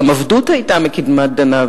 גם עבדות היתה מקדמת דנא,